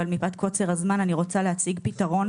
אבל מפאת קוצר הזמן אני רוצה להציג פתרון.